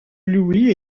louis